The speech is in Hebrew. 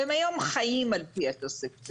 והם היום חיים על פי התוספת,